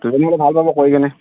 দুজনী হ'লে ভাল পাব কৰি কেনে